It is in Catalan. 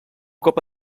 cop